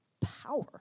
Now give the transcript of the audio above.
power